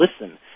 listen